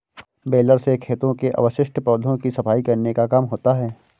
baler से खेतों के अवशिष्ट पौधों की सफाई करने का काम होता है